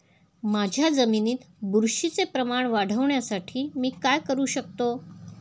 माझ्या जमिनीत बुरशीचे प्रमाण वाढवण्यासाठी मी काय करू शकतो?